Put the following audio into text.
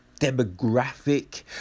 demographic